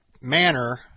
manner